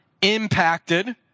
impacted